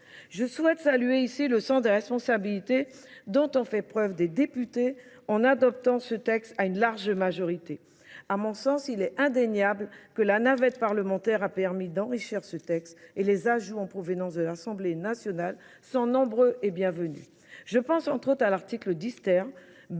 Je souhaite saluer ici le centre des responsabilités dont en fait preuve des députés en adoptant ce texte à une large majorité. A mon sens, il est indéniable que la navette parlementaire a permis d'enrichir ce texte et les ajouts en provenance de l'Assemblée nationale sont nombreux et bienvenus. Je pense entre autres à l'article d'Hister,